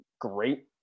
great